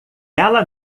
ela